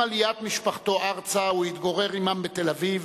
עם עליית משפחתו ארצה הוא התגורר עמה בתל-אביב,